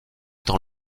dans